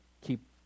keep